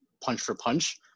punch-for-punch